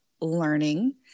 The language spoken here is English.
learning